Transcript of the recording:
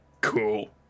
Cool